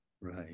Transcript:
Right